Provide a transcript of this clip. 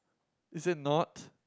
it is not